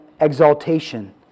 exaltation